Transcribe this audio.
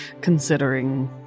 considering